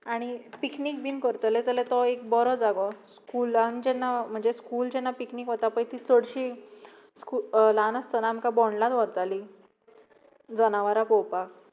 आनी पिक्नीक बीन करतले जाल्यार तो एक बरो जागो स्कुलांक जेन्ना म्हणजे स्कूल जेन्ना पिक्नीक वता पळय ती चडशी ल्हान आसतना आमकां बोंडलाच व्हरतालीं जनावरां पळोवपाक